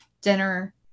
dinner